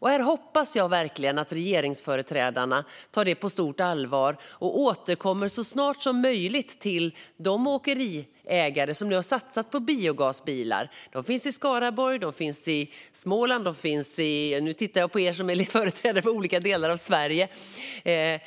Jag hoppas verkligen att regeringsföreträdarna tar detta på stort allvar och återkommer så snart som möjligt till de åkeriägare som nu har satsat på biogasbilar. De finns till exempel i Skaraborg och i Småland - nu tittar jag ut i kammaren på ledamöterna som är företrädare för olika delar av Sverige! Det